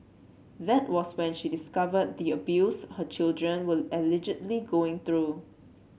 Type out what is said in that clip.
that was when she discovered the abuse her children were allegedly going through